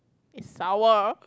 it's sour